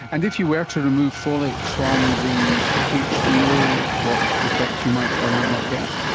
and if you were to remove folate from the package do you know what effects you might or might not get?